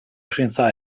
senza